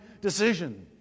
decision